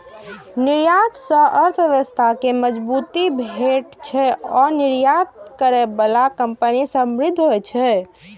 निर्यात सं अर्थव्यवस्था कें मजबूती भेटै छै आ निर्यात करै बला कंपनी समृद्ध होइ छै